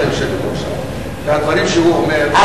והדברים שהוא אומר,